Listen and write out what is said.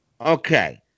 Okay